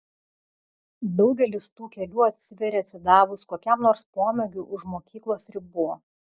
daugelis tų kelių atsiveria atsidavus kokiam nors pomėgiui už mokyklos ribų